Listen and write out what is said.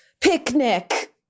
picnic